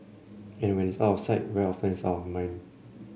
and when it's out of sight very often it's out of mind